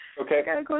Okay